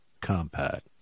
compact